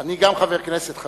אני גם חבר הכנסת,